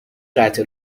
قطع